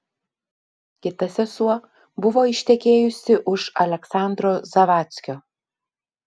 kita sesuo buvo ištekėjusi už aleksandro zavadckio